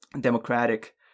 democratic